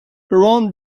around